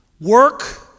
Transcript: Work